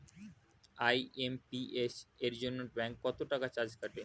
IMPS এর জন্য bank কত চার্জ কাটে?